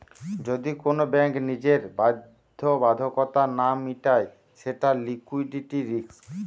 যদি কোন ব্যাঙ্ক নিজের বাধ্যবাধকতা না মিটায় সেটা লিকুইডিটি রিস্ক